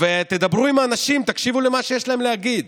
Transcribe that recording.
ותדברו עם האנשים, תקשיבו למה שיש להם להגיד.